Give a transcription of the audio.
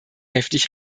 heftig